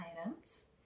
items